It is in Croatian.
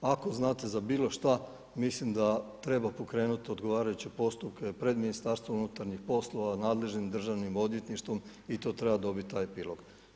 Ako znate za bilo šta mislim da treba pokrenuti odgovarajuće postupke pred Ministarstvom unutarnjih poslova, nadležnim državnim odvjetništvom i to treba dobiti taj epilog.